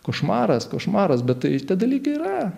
košmaras košmaras bet tai tie dalykai yra